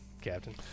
Captain